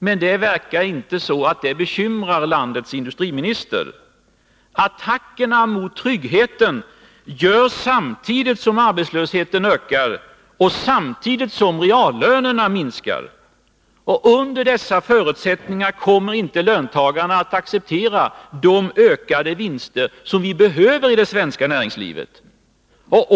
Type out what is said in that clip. Men det förefaller inte bekymra landets industriminister. Attackerna mot tryggheten görs samtidigt som arbetslösheten ökar och reallönerna minskar. Under dessa förutsättningar kommer inte löntagarna att acceptera de ökade vinster inom det svenska näringslivet som vi så väl behöver.